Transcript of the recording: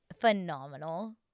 Phenomenal